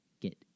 get